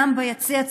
גם ביציע,